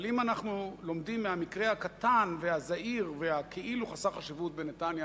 אבל אם אנחנו לומדים מהמקרה הקטן והזעיר והכאילו חסר חשיבות בנתניה,